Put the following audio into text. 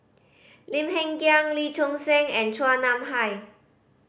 Lim Hng Kiang Lee Choon Seng and Chua Nam Hai